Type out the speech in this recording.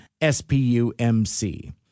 SPUMC